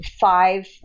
five